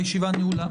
הישיבה נעולה.